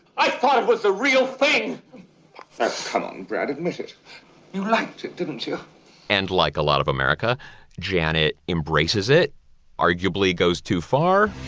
i thought it was the real thing that's come. brad admitted you liked it didn't you and like a lot of america janet embraces it arguably goes too far